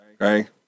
okay